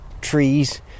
trees